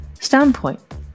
standpoint